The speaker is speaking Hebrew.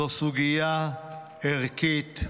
זו סוגיה ערכית,